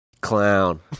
Clown